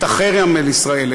את החרם על ישראל,